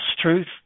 truth